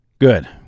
Good